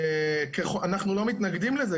אנחנו לא מתנגדים לזה,